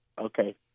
Okay